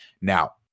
Now